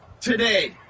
today